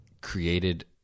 created